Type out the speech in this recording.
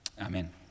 Amen